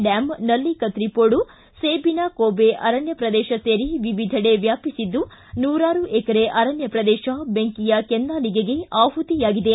ಡ್ಕಾಂ ನಲ್ಲಿಕತ್ರಿ ಪೋಡು ಸೇಬಿನ ಕೊಬೆ ಅರಣ್ಯ ಪ್ರದೇಶ ಸೇರಿ ವಿವಿಧೆಡೆ ವ್ಯಾಪಿಸಿದ್ದು ನೂರಾರು ಎಕರೆ ಅರಣ್ಯ ಪ್ರದೇಶ ಬೆಂಕಿಯ ಕೆನ್ನಾಲಿಗೆಗೆ ಆಹುತಿಯಾಗಿದೆ